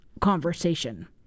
conversation